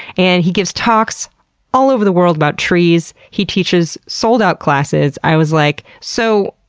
and he gives talks all over the world about trees. he teaches sold-out classes. i was like, so,